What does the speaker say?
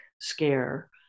scare